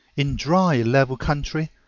in dry, level country,